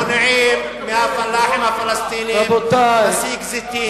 מונעים מהפלאחים הפלסטינים את מסיק הזיתים,